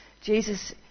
Jesus